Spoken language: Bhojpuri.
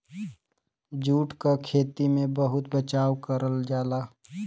जूट क खेती में बहुत बचाव करल जाला